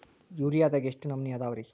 ಯೂರಿಯಾದಾಗ ಎಷ್ಟ ನಮೂನಿ ಅದಾವ್ರೇ?